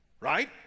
Right